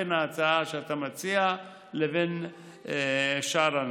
בין ההצעה שאתה מציע לבין שאר האנשים.